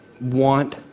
want